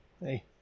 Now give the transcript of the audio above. Hey